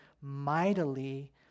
mightily